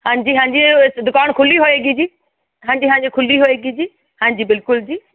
ਹਾਂਜੀ ਹਾਂਜੀ ਦੁਕਾਨ ਖੁੱਲ੍ਹੀ ਹੋਏਗੀ ਜੀ ਹਾਂਜੀ ਹਾਂਜੀ ਖੁੱਲ੍ਹੀ ਹੋਏਗੀ ਜੀ ਹਾਂਜੀ ਬਿਲਕੁਲ ਜੀ